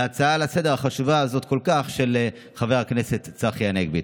על ההצעה לסדר-היום החשובה כל כך הזאת של חבר הכנסת צחי הנגבי?